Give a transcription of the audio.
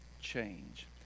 change